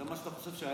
זה מה שאתה חושב שהיה?